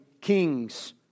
kings